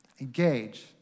Engage